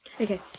okay